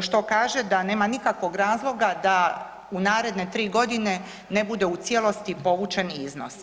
što kaže da nema nikakvog razloga da u naredne 3.g. ne bude u cijelosti povučen iznos.